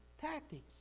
tactics